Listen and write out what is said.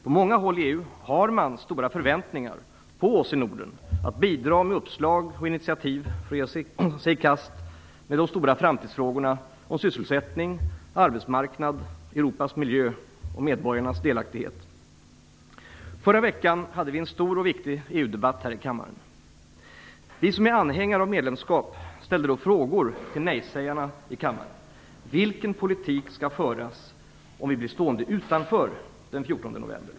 På många håll inom EU har man stora förväntningar på oss i Norden att vi skall bidra med uppslag och initiativ för att man skall kunna ge sig i kast med de stora framtidsfrågorna, sysselsättning, arbetsmarknad, Europas miljö och medborgarnas delaktighet. Förra veckan hade vi en stor och viktig EU-debatt här i kammaren. Vi som är anhängare av medlemskap ställde då frågor till nej-sägarna. Vilken politik skall föras om vi blir stående utanför den 14 november?